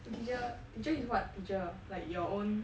the teacher teacher is what teacher like your own